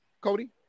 Cody